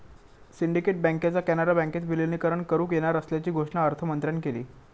syndicate बँकेचा कॅनरा बँकेत विलीनीकरण करुक येणार असल्याची घोषणा अर्थमंत्र्यांन केली